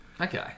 Okay